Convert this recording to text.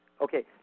Okay